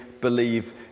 believe